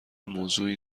موضوع